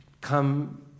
Come